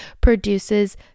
produces